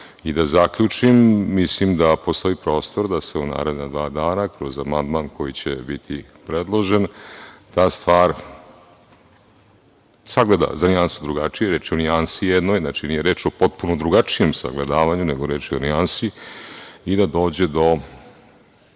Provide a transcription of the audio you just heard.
zaključim. Mislim da postoji prostor da se u naredna dva dana kroz amandman koji će biti predložen ta stvar sagleda za nijansu drugačije. Reč je o jednoj nijansi, znači nije reč o potpuno drugačijem sagledavanju, nego reč je o nijansi i da dođe do